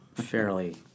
Fairly